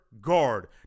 guard